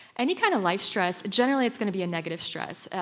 any kind of life stress. generally it's going to be a negative stress,